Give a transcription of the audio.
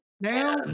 now